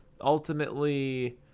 Ultimately